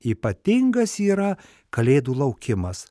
ypatingas yra kalėdų laukimas